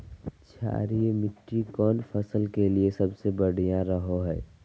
क्षारीय मिट्टी कौन फसल के लिए सबसे बढ़िया रहो हय?